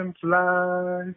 fly